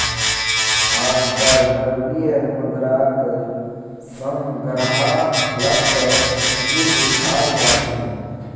आजकल द्रव्य मुद्राक संग्रहालत ही दखाल जा छे